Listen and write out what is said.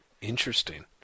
Interesting